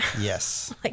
Yes